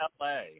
LA